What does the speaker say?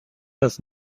است